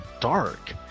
dark